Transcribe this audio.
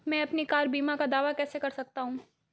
मैं अपनी कार बीमा का दावा कैसे कर सकता हूं?